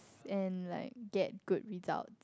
and like get good result